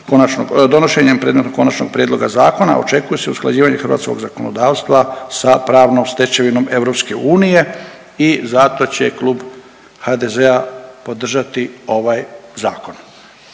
donošenjem predmetnog Konačnog prijedloga zakona očekuje se usklađivanje hrvatskog zakonodavstva sa pravnom stečevinom EU i zato će Klub HDZ-a podržati ovaj zakon,